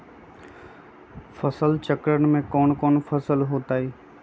फसल चक्रण में कौन कौन फसल हो ताई?